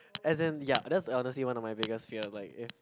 as in ya that's honestly one of my biggest fear like if